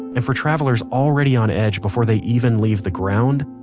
and for travelers already on edge before they even leave the ground,